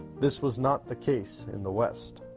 this was not the case in the west.